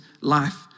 life